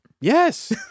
Yes